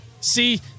See